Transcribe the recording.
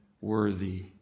worthy